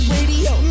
Radio